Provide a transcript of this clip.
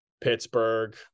Pittsburgh